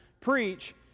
preach